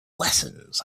lessons